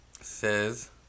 says